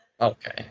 Okay